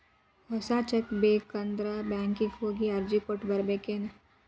ಹೊಸ cheque book ಬೇಕಂದ್ರ ಬ್ಯಾಂಕಿಗೆ ಹೋಗಿ ಅರ್ಜಿ ಕೊಟ್ಟ ಬರ್ಬೇಕೇನ್